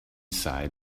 side